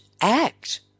act